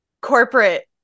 corporate